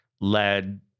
led